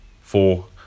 four